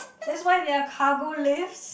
that's why they are cargo lifts